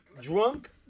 drunk